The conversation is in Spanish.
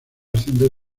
ascender